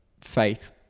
faith